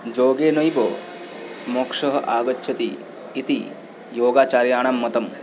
योगेनैव मोक्षः आगच्छति इति योगाचार्याणां मतं